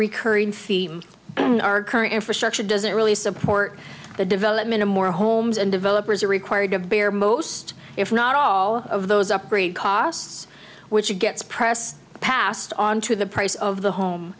recurring theme in our current infrastructure doesn't really support the development of more homes and developers are required to bear most if not all of those upgrade costs which gets press passed on to the price of the home